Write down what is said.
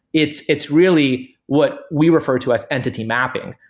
it's it's really what we refer to as entity mapping,